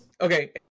Okay